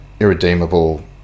irredeemable